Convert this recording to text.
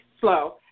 slow